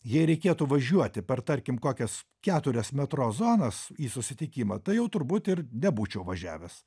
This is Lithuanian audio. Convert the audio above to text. jei reikėtų važiuoti per tarkim kokias keturias metro zonas į susitikimą tai jau turbūt ir nebūčiau važiavęs